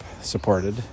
supported